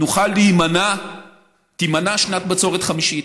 תימנע שנת בצורת חמישית,